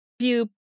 view